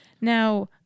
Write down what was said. Now